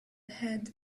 had